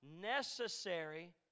necessary